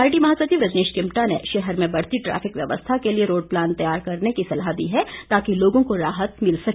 party महासचिव रजनीश किमटा ने शहर में बढ़ती ट्रैफिक व्यवस्था के लिए रोड प्लान तैयार करने की सलाह दी है ताकि लोगों को राहत मिल सके